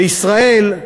בישראל,